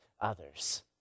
others